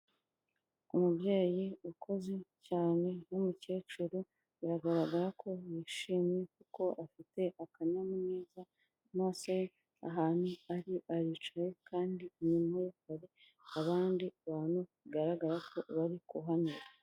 Umubyeyi ukuze cyane w'umukecuru biragaragara ko yishimye kuko afite akanyamuneza mu maso, ahantu ari aricaye kandi inyuma ye hari abandi bantu bigaragara ko bari kuhanyura.